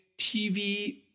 TV